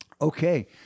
Okay